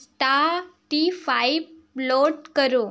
स्टाटीफ़ाईप load करो